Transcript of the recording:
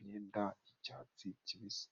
imyenda y'icyatsi kibisi.